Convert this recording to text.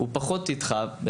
בית הספר פחות איתך.